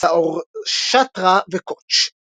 סאורשטרה וקוץ'.